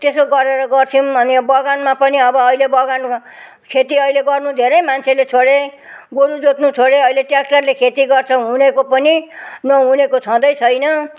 त्यसो गरेर गर्थ्यौँ अनि अब बगानमा पनि अब अहिले बगान खेती अहिले गर्नु धेरै मान्छेले छोडे गोरु जोत्नु छोडे अहिले ट्र्याक्टरले खेती गर्छ हुनेको पनि नहुनेको छँदै छैन